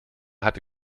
hatte